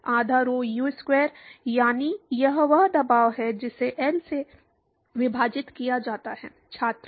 आधा rho Usquare यानी वह दबाव है जिसे L से विभाजित किया जाता है